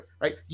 Right